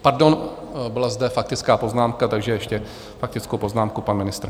Pardon, byla zde faktická poznámka, takže ještě faktickou poznámku pan ministr.